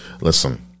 Listen